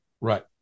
Right